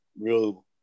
real